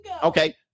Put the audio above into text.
Okay